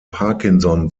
parkinson